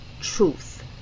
truth